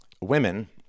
women